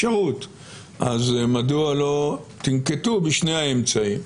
מדוע לא תנקטו בשני האמצעים?